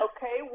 Okay